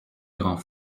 grands